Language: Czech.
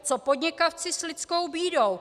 Co podnikavci s lidskou bídou?